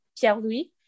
Pierre-Louis